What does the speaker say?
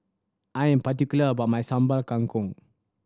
I am particular about my Sambal Kangkong